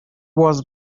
was